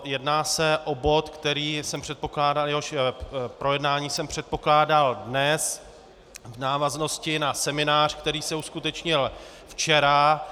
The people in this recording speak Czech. Jedná se o bod, který jsem předpokládal, jehož projednání jsem předpokládal dnes, v návaznosti na seminář, který se uskutečnil včera.